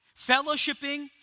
fellowshipping